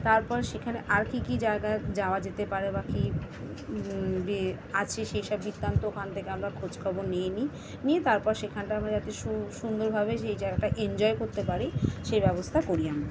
তারপর সেখানে আর কী কী জায়গায় যাওয়া যেতে পারে বা কী বে আছে সেই সব বৃত্তান্ত ওখান থেকে আমরা খোঁজ খবর নিয়ে নিই নিয়ে তারপর সেখানটা আমরা যাতে সু সুন্দরভাবে সেই জায়গাটা এনজয় করতে পারি সেই ব্যবস্থা করি আমরা